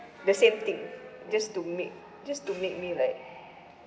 the same thing just to make just to make me like